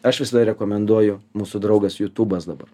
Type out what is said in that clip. aš visada rekomenduoju mūsų draugas jutūbas dabar